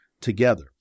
together